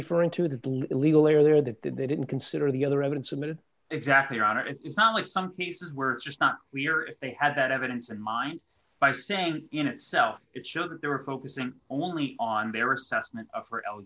referring to the illegal they are that that they didn't consider the other evidence submitted exactly your honor it's not like some cases where it's just not we're if they had that evidence in mind by saying in itself it showed that they were focusing only on their assessment for